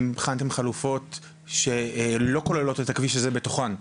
האם בחנתם חלופות שלא כוללות את הכביש הזה בתוכן.